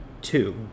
two